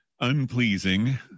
unpleasing